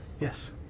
Yes